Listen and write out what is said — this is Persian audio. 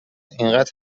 اینقد